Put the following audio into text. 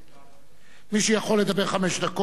מי שיכול לדבר חמש דקות יהיה,